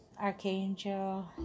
Archangel